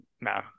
No